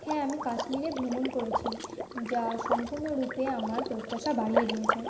হ্যাঁ আমি কাশ্মীরে ভ্রমণ করেছি যা সম্পূর্ণরূপে আমার প্রত্যাশা বাড়িয়ে দিয়েছে